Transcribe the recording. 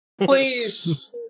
Please